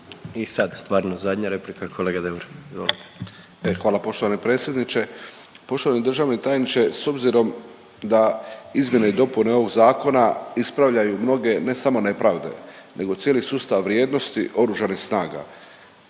I sad stvarno zadnja replika, kolega Deur. Izvolite. **Deur, Ante (HDZ)** E hvala poštovani predsjedniče. Poštovani državni tajniče, s obzirom da izmjene i dopune ovog zakona ispravljaju mnoge ne samo nepravde nego cijeli sustav vrijednosti oružanih snaga.